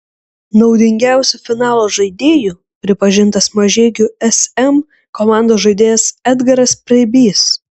naudingiausiu finalo žaidėju pripažintas mažeikių sm komandos žaidėjas edgaras preibys